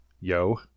yo